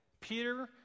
Peter